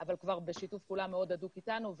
אבל כבר בשיתוף פעולה מאוד הדוק איתנו,